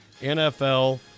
NFL